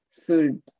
food